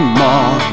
more